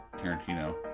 Tarantino